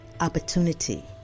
opportunity